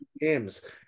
games